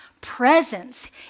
presence